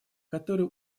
который